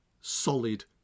solid